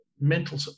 mental